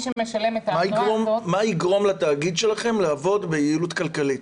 שמשלם את האגרה --- מה יגרום לתאגיד שלכם לעבוד ביעילות כלכלית?